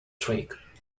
trick